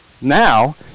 now